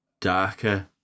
darker